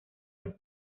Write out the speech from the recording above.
los